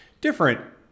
different